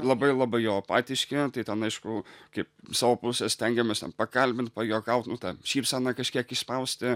labai labai jo apatiški tai ten aišku kaip iš savo pusės stengiamės ten pakalbint pajuokaut tą šypseną kažkiek išspausti